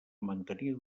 mantenir